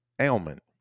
ailment